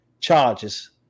charges